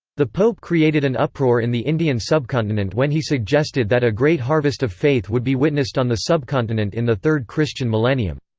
the pope created an uproar in the indian subcontinent when he suggested that a great harvest of faith would be witnessed on the subcontinent in the third christian millennium.